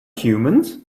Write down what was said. humans